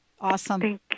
Awesome